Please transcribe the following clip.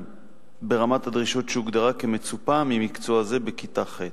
ברמת הדרישות שהוגדרה כמצופה ממקצוע זה בכיתה ח'.